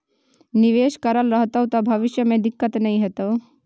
निवेश करल रहतौ त भविष्य मे दिक्कत नहि हेतौ